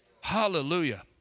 Hallelujah